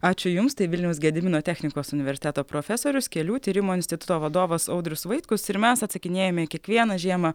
ačiū jums tai vilniaus gedimino technikos universiteto profesorius kelių tyrimo instituto vadovas audrius vaitkus ir mes atsakinėjame į kiekvieną žiemą